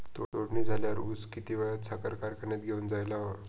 तोडणी झाल्यावर ऊस किती वेळात साखर कारखान्यात घेऊन जायला हवा?